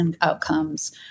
outcomes